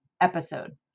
episode